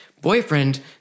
boyfriend